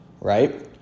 right